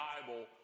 Bible